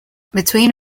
between